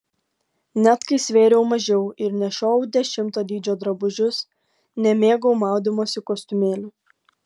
net kai svėriau mažiau ir nešiojau dešimto dydžio drabužius nemėgau maudymosi kostiumėlių